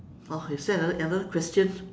oh you still have another another question